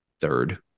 third